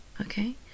Okay